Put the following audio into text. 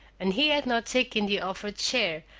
and he had not taken the offered chair,